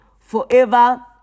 forever